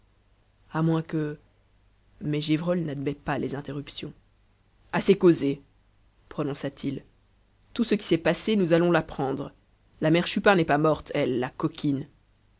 à moins que mais gévrol n'admet pas les interruptions assez causé prononça-t-il tout ce qui s'est passé nous allons l'apprendre la mère chupin n'est pas morte elle la coquine